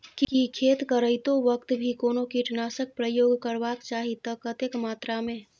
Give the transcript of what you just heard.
की खेत करैतो वक्त भी कोनो कीटनासक प्रयोग करबाक चाही त कतेक मात्रा में?